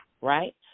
right